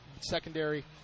secondary